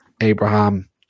Abraham